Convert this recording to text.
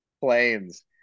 planes